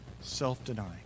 self-denying